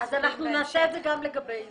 השאלה מי יישא במימון